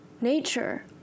Nature